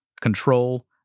control